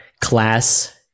class